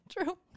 true